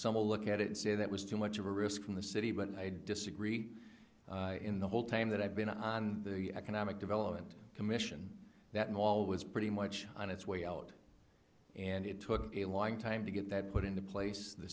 will look at it and say that was too much of a risk from the city but i disagree in the whole time that i've been on the economic development commission that mall was pretty much on its way out and it took a long time to get that put into place the